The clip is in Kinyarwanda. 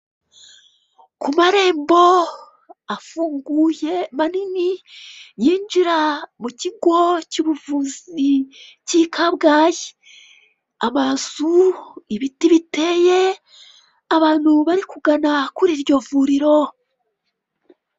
Ku marembo afunguye manini, yinjira mu kigo cy'ubuvuzi cy'i kabgayi, amazu ibiti biteye, abantu bari kugana kuri iryo vuriro.